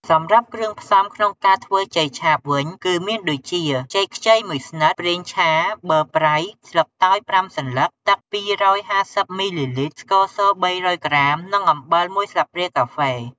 សម្រាប់គ្រឿងផ្សំក្នុងការធ្វើចេកឆាបវិញ គឺមានដូចជា ចេកខ្ចី ១ ស្និត ប្រេងឆា ប័រប្រៃ ស្លឹកតើយ ៥ សន្លឹក ទឹក ២៥០ មីលីលីត្រ ស្ករស ៣០០ក្រាម និង អំបិល ១ ស្លាបព្រាកាហ្វេ។